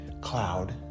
cloud